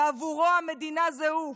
ועבורו המדינה זה הוא.